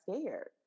scared